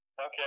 Okay